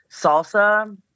salsa